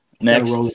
Next